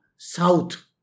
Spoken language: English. South